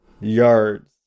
yards